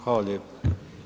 Hvala lijepo.